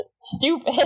stupid